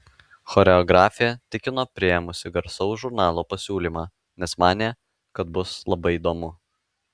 choreografė tikino priėmusi garsaus žurnalo pasiūlymą nes manė kad bus labai įdomu